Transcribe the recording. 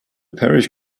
parish